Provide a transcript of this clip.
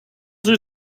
sie